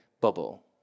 bubble